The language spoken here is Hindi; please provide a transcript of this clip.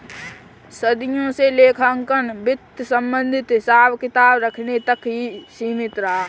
सदियों से लेखांकन वित्त संबंधित हिसाब किताब रखने तक ही सीमित रहा